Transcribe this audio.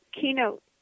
keynote